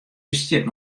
bestiet